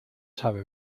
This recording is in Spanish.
sabe